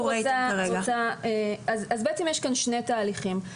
יש כאן שני תהליכים.